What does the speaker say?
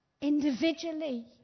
individually